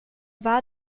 war